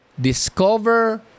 discover